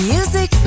Music